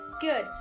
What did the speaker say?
good